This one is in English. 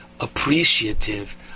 appreciative